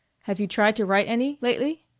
have you tried to write any lately?